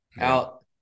Out